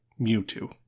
Mewtwo